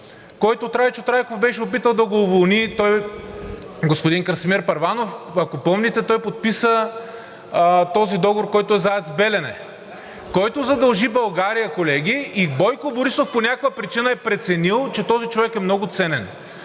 който Трайчо Трайков беше опитал да го уволни, господин Красимир Първанов, ако помните. Той подписа този договор, който е за АЕЦ „Белене“, който задължи България, колеги, и Бойко Борисов по някаква причина е преценил, че този човек е много ценен